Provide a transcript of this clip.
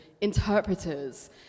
interpreters